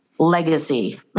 legacy